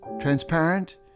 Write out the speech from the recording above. transparent